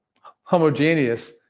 homogeneous